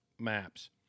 Maps